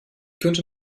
könnte